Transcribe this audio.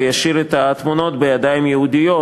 וישאיר את התמונות בידיים יהודיות,